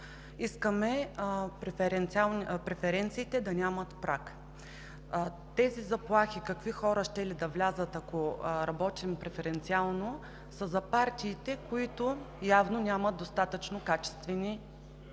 искаме преференциите да нямат праг. Тези заплахи, какви хора щели да влязат, ако работим преференциално, са за партиите, които явно нямат достатъчно качествени